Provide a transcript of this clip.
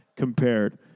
compared